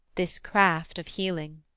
this craft of healing.